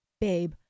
Babe